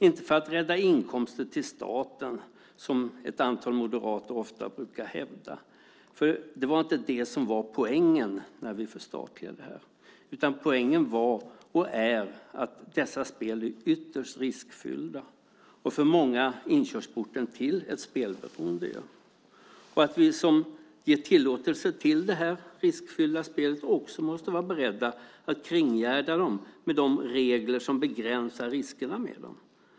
Inte för att rädda inkomster till staten som ett antal moderater ofta brukar hävda, för det var inte det som var poängen när vi förstatligade detta. Poängen var och är att dessa spel är ytterst riskfyllda och för många inkörsporten till ett spelberoende. Vi som ger tillåtelse till dessa riskfyllda spel måste också vara beredda att kringgärda dem med regler som begränsar riskerna.